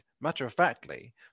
matter-of-factly